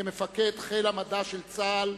כמפקד חיל המדע של צה"ל,